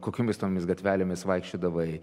kokiomis tomis gatvelėmis vaikščiodavai